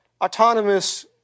autonomous